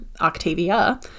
Octavia